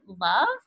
love